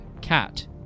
Cat